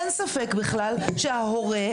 אין ספק בכלל שההורה,